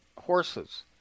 horses